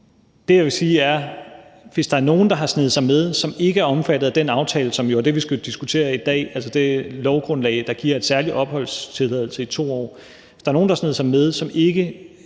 Det, jeg vil sige, er, at hvis der er nogen, der har sneget sig med, som ikke er omfattet af den aftale, som er det, vi skal diskutere i dag, altså det lovgrundlag, der giver en særlig opholdstilladelse i 2 år, må de jo gå den slagne vej igennem